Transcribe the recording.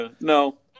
no